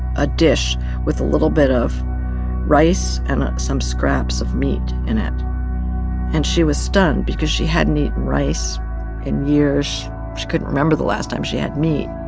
a dish with a little bit of of rice and some scraps of meat in it and she was stunned because she hadn't eaten rice in years. she couldn't remember the last time she had meat.